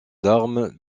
d’armes